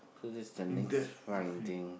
so this is the next finding